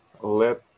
let